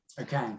Okay